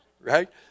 Right